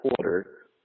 quarter